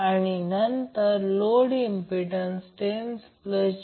म्हणून म्हणूनच हा लाईन करंट फेज करंट दोन्ही समान आहेत